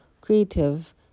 creative